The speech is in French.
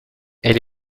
elle